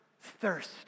thirst